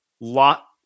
lot